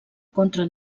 contra